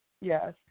Yes